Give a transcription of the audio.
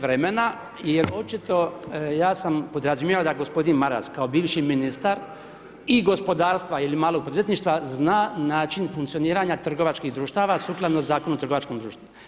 vremena jer očito ja sam podrazumijevao da gospodin Maras kao bivši ministar i gospodarstva ili malog poduzetništva zna način funkcioniranja trgovačkih društava sukladno Zakonu o trgovačkom društvu.